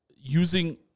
using